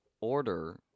order